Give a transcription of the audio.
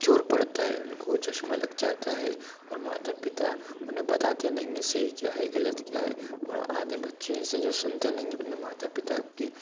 ज़ोर पड़ता है उनको चश्मा लग जाता है और माता पिता उन्हें बताते नहीं हैं सही क्या है गलत क्या है और आधे बच्चे ऐसे हैं जो सुनते नहीं हैं अपने माता पिता की